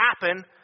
happen